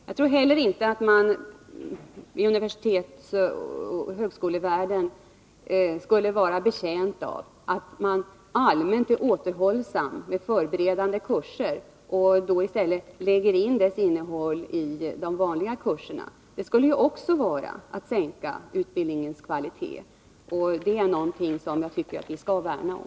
Jag tror inte heller att man i universitetsoch högskolevärlden skulle vara betjänt av att allmänt vara återhållsam med förberedande kurser och i stället lägga in deras innehåll i de vanliga kurserna. Det skulle också vara att sänka utbildningens kvalitet, och den tycker jag vi skall värna om.